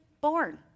born